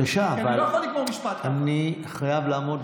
כי אני לא יכול לגמור משפט ככה.